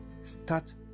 start